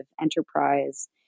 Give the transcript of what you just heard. enterprise